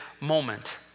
moment